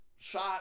Shot